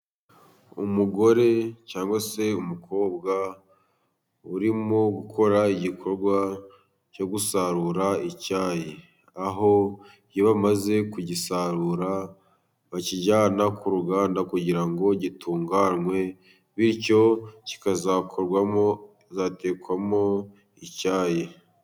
Umugore cyangwa se umukobwa urimo gukora igikorwa cyo gusarura icyayi, aho iyo bamaze kugisarura bakijyana ku ruganda kugira ngo gitunganwe, bityo kikazakorwamo kikazatekwamo icyayi.